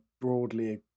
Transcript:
broadly